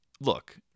look